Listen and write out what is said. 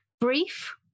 brief